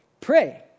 Pray